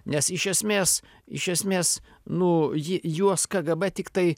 nes iš esmės iš esmės nu ji juos kgb tiktai